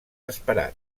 esperat